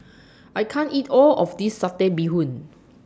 I can't eat All of This Satay Bee Hoon